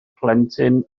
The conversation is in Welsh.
plentyn